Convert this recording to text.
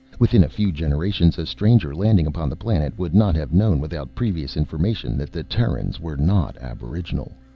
within a few generations a stranger landing upon the planet would not have known without previous information that the terrans were not aboriginal.